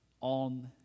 on